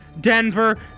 denver